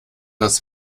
das